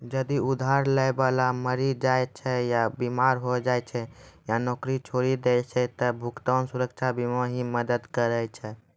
जदि उधार लै बाला मरि जाय छै या बीमार होय जाय छै या नौकरी छोड़ि दै छै त भुगतान सुरक्षा बीमा ही मदद करै छै